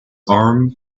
arm